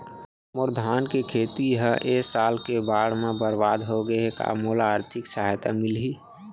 मोर धान के खेती ह ए साल के बाढ़ म बरबाद हो गे हे का मोला आर्थिक सहायता मिलही?